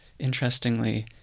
interestingly